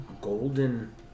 golden